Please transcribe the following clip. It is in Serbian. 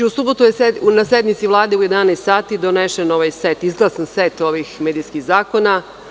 U subotu je na sednici Vlade u 11,00 sati izglasan set ovih medijskih zakona.